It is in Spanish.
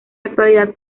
actualidad